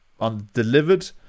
undelivered